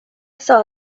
saw